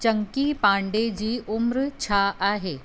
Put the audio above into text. चंकी पांडे जी उमिरि छा आहे